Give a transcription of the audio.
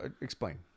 explain